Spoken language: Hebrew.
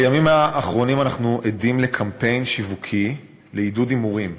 בימים האחרונים אנחנו עדים לקמפיין שיווקי לעידוד הימורים.